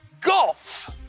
golf